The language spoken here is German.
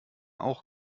auch